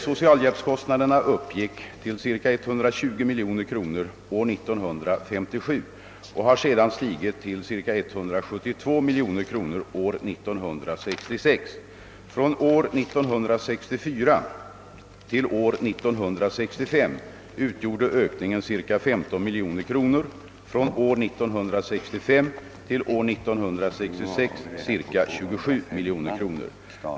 Socialhjälpskostnaderna uppgick till cirka 120 miljoner kronor år 1957 och har sedan stigit till cirka 172 miljoner kronor år 1966. Från år 1964 till år 1965 utgjorde ökningen cirka 15 miljoner kronor, från år 1965 till år 1966 cirka 27 miljoner kronor.